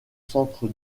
centre